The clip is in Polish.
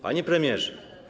Panie Premierze!